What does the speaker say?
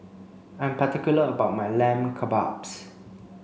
I'm particular about my Lamb Kebabs